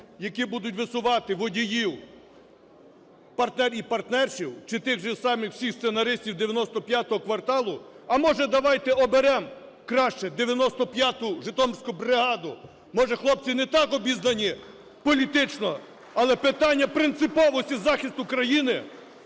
які будуть висувати водіїв, партнерів і партнеш, чи тих же самих всіх сценаристів "95 кварталу"… А може, давайте оберемо краще 95-у житомирську бригаду? Може, хлопці не так обізнані політично, але питання принциповості захисту країни,